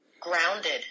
grounded